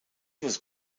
was